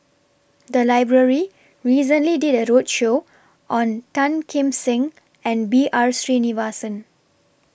The Library recently did A roadshow on Tan Kim Seng and B R Sreenivasan